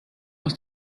aus